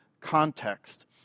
context